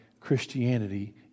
Christianity